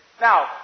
Now